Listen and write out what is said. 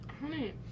honey